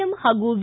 M ಹಾಗೂ V